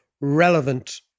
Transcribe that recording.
relevant